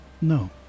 No